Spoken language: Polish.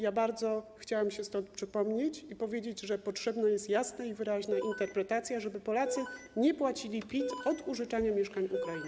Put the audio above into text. Ja bardzo chciałam się z tym przypomnieć i powiedzieć, że potrzebna jest jasna i wyraźna interpretacja, żeby Polacy nie płacili PIT od użyczania mieszkań Ukraińcom.